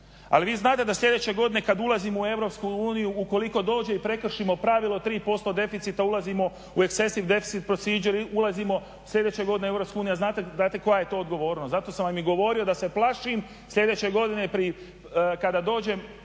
ali vi znate da sljedeće godine kad ulazimo u EU ukoliko dođe i prekršimo pravilo 3% deficita ulazimo …/Govornik govori engleski, ne razumije se./… ulazimo sljedeće godine u EU, a znate koja ja to odgovornost. Zato sam vam i govorio da se plašim sljedeće godine kada dođem